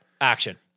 Action